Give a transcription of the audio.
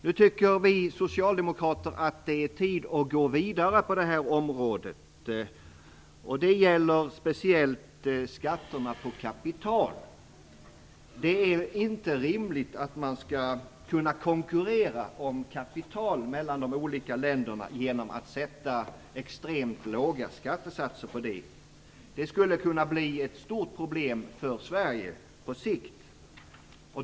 Nu tycker vi socialdemokrater att det är tid att gå vidare på det här området, och det gäller speciellt skatterna på kapital. Det är inte rimligt att man skall kunna konkurrera om kapital mellan de olika länderna genom att sätta extremt låga skattesatser på det. Det skulle kunna bli ett stort problem för Sverige på sikt.